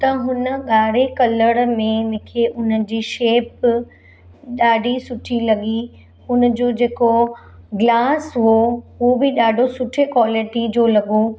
त हुन ॻाढ़ो कलर में मूंखे उन जी शेप ॾाढी सुठी लॻी हुन जो जेको ग्लास हुओ हू बि ॾाढो सुठे क्वालिटी जो लॻो